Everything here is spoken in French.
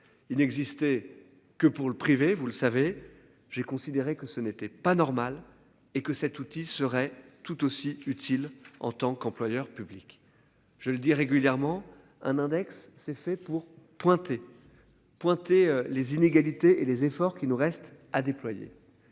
il n'existait que pour le privé, vous le savez, j'ai considéré que ce n'était pas normal et que cet outil serait tout aussi utile en tant qu'employeur public. Je le dis régulièrement un index c'est fait pour pointer. Pointer les inégalités et les efforts qu'il nous reste à déployer.